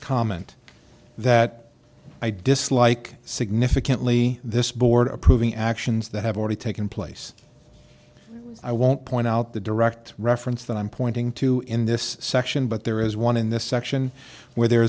comment that i dislike significantly this board approving actions that have already taken place i won't point out the direct reference that i'm pointing to in this section but there is one in this section where there